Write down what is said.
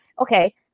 Okay